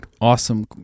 awesome